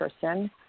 person